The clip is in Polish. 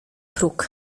próg